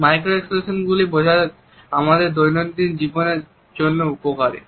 micro expression গুলি বোঝা আমাদের দৈনন্দিন জীবনের জন্য উপকারী